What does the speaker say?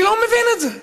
אני לא מבין את זה,